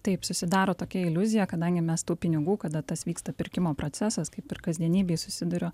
taip susidaro tokia iliuzija kadangi mes tų pinigų kada tas vyksta pirkimo procesas kaip ir kasdienybėj susiduria